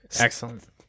Excellent